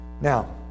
Now